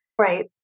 Right